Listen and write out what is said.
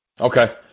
Okay